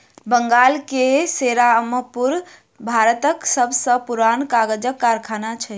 बंगाल के सेरामपुर भारतक सब सॅ पुरान कागजक कारखाना अछि